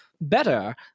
better